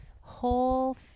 Whole